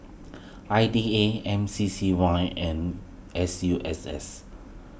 I D A M C C Y and S U S S